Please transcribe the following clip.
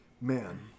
Man